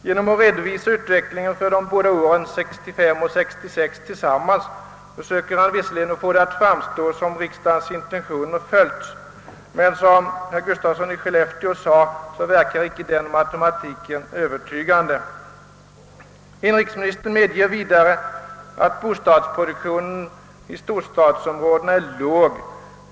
Genom att redovisa utvecklingen för de båda åren 1965 och 1966 tillsammans försöker han visserligen få det att framstå som om riksdagens intentioner följts, men som också herr Gustafsson i Skellefteå sade verkar inte den matematiken övertygande. Inrikesministern medger vidare att bostadsproduktionen i storstadsområdena är låg.